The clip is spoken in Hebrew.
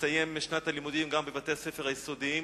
תסתיים שנת הלימודים גם בבתי-הספר היסודיים.